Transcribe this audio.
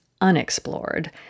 unexplored